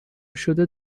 شده